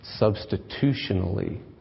substitutionally